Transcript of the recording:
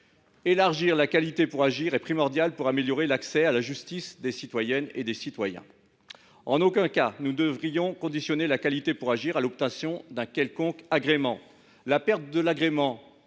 Élargir la qualité pour agir est primordial si l’on veut améliorer l’accès à la justice des citoyennes et des citoyens. En aucun cas nous ne devrions conditionner la qualité pour agir à l’obtention d’un quelconque agrément. La perte par